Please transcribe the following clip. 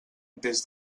des